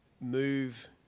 move